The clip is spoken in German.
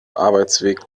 arbeitsweg